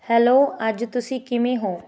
hello ਅੱਜ ਤੁਸੀਂ ਕਿਵੇਂ ਹੋ